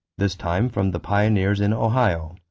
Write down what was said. this time from the pioneers in ohio.